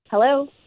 Hello